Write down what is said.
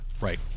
Right